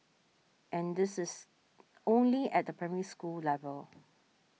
and this is only at the Primary School level